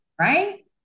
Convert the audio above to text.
Right